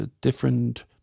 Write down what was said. different